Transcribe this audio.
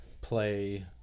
play